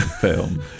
film